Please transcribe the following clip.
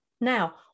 Now